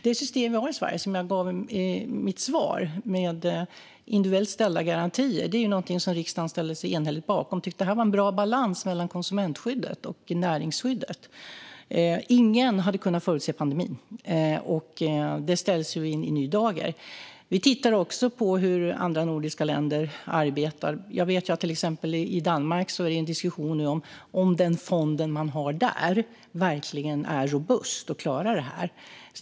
Det system som vi har i Sverige, som jag tog upp i svaret, med individuellt ställda garantier ställde sig riksdagen enhälligt bakom och tyckte att det var en bra balans mellan konsumentskyddet och näringsskyddet. Ingen hade kunnat förutse pandemin, och detta ställs i en ny dager. Vi tittar också på hur andra nordiska länder arbetar. I till exempel Danmark vet jag att det nu förs en diskussion om den fond som man har där verkligen är robust och klarar detta.